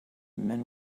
men